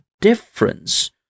difference